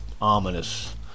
ominous